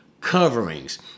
coverings